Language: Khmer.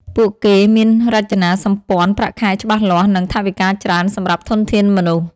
ពួកគេមានរចនាសម្ព័ន្ធប្រាក់ខែច្បាស់លាស់ និងថវិកាច្រើនសម្រាប់ធនធានមនុស្ស។